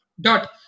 dot